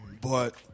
but-